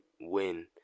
win